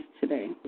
today